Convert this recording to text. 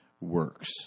works